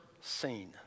seen